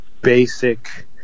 basic